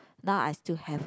now I still have